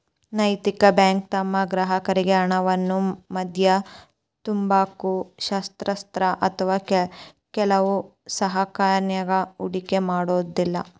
ನೈತಿಕ ಬ್ಯಾಂಕು ತಮ್ಮ ಗ್ರಾಹಕರ್ರಿಗೆ ಹಣವನ್ನ ಮದ್ಯ, ತಂಬಾಕು, ಶಸ್ತ್ರಾಸ್ತ್ರ ಅಥವಾ ಕೆಲವು ಸರಕನ್ಯಾಗ ಹೂಡಿಕೆ ಮಾಡೊದಿಲ್ಲಾ